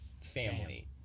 family